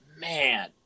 man